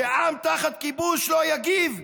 שעם תחת כיבוש לא יגיב?